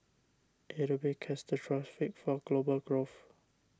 it would be catastrophic for global growth